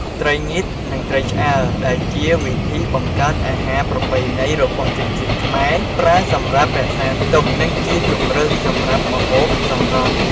ត្រីងៀត និង ត្រីឆ្អើរ ដែលជាវិធីបង្កើតអាហារប្រពៃណីរបស់ជនជាតិខ្មែរ ប្រើសម្រាប់រក្សាទុក និងជាជម្រើសសម្រាប់ម្ហូបសម្រន់។